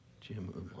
Jim